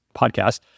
podcast